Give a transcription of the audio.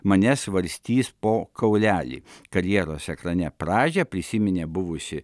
mane svarstys po kaulelį karjeros ekrane pradžią prisiminė buvusi